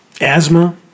Asthma